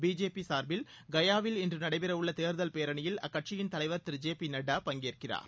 BJP சார்பில் கயாவில் இன்று நடைபெறவுள்ள தேர்தல் பேரணியில் அக்கட்சியின் தலைவர் திரு ஜே பி நட்டா பங்கேற்கிறார்